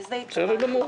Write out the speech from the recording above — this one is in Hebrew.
לזה התכוונתי.